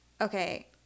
okay